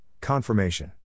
confirmation